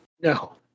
No